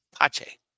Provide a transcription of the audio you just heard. Pache